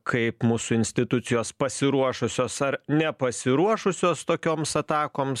kaip mūsų institucijos pasiruošusios ar nepasiruošusios tokioms atakoms